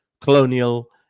colonial